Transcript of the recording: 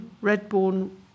Redbourne